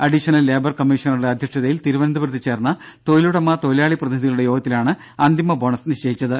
additional labour കമ്മീഷണറുടെ അധ്യക്ഷതയിൽ തിരുവനന്തപുരത്തു ചേർന്ന തൊഴിലുടമ തൊഴിലാളി പ്രതിനിധിക ളുടെ യോഗത്തിലാണ് അന്തിമ ബോണസ് നിശ്ചയിച്ചത്